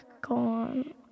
gone